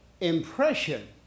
impression